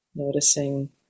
noticing